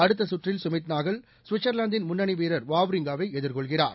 அடுத்தகற்றில் சுமித் நாகல் சுவிட்சர்லாந்தின் முன்னணிவீரர் வாவ்ரிங்காவைஎதிர்கொள்கிறார்